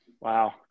Wow